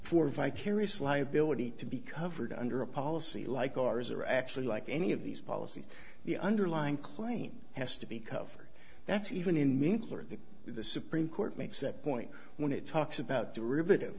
for vicarious liability to be covered under a policy like ours or actually like any of these policy the underlying claim has to be covered that's even in main court that the supreme court makes that point when it talks about derivative